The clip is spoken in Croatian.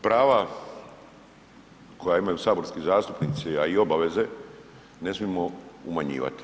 Prava koja imaju saborski zastupnici, a i obaveze ne smijemo umanjivati.